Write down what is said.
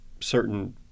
certain